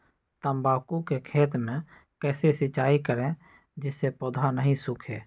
तम्बाकू के खेत मे कैसे सिंचाई करें जिस से पौधा नहीं सूखे?